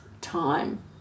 time